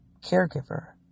caregiver